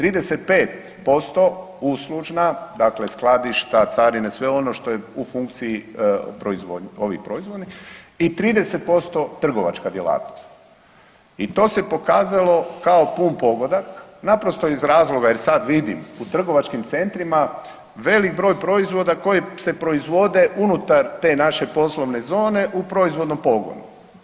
35% uslužna, dakle skladišta, carine, sve ono što je u funkciji proizvodne, ovih proizvodnih, i 30% trgovačka djelatnost i to se pokazalo kao pun pogodak, naprosto iz razloga jer sad vidim u trgovačkim centrima velik broj proizvoda koji se proizvode unutar te naše poslovne zone u proizvodnom pogonu.